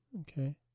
Okay